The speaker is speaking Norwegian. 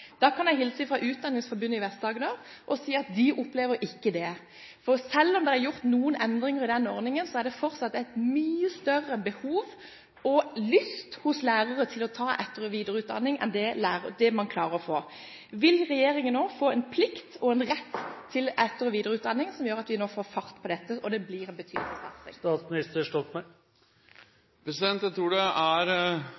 Da kan jeg hilse fra Utdanningsforbundet i Vest-Agder og si at de opplever ikke det. Selv om det er gjort noen endringer i den ordningen, er det fortsatt et mye større behov – og en lyst – hos lærere til å ta etter- og videreutdanning enn det man klarer å få til. Vil regjeringen nå få en plikt, og en rett, til etter- og videreutdanning, som gjør at vi får fart på dette, og at det blir en betydelig